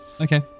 Okay